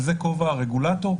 וזה כובע הרגולטור,